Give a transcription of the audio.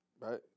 Right